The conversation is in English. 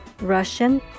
Russian